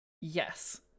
yes